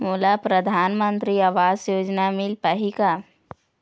मोला परधानमंतरी आवास योजना मिल पाही का?